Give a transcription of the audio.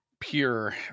pure